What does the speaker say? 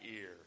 ear